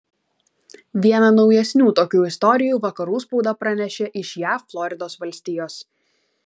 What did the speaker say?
vieną naujesnių tokių istorijų vakarų spauda pranešė iš jav floridos valstijos